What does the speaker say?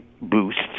boosts